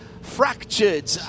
fractured